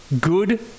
good